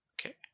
Okay